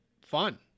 fun